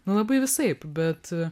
nu labai visaip bet